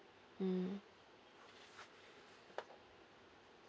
mm